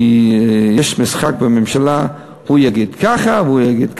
יש משחק בממשלה, הוא יגיד ככה, והוא יגיד ככה.